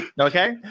Okay